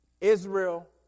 Israel